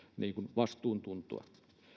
vastuuntuntoa